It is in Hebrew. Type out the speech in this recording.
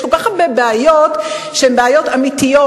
יש כל כך הרבה בעיות שהן בעיות אמיתיות,